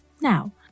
Now